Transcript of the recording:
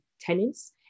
tenants